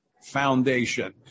Foundation